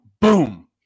boom